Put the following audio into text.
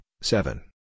seven